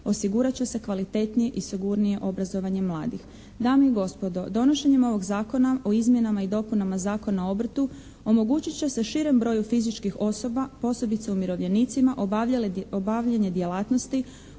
osigurat će se kvalitetnije i sigurnije obrazovanje mladih. Dame i gospodo donošenjem ovog Zakona o izmjenama i dopunama Zakona o obrtu omogućit će se širem broju fizičkih osoba posebice umirovljenicima obavljanje djelatnosti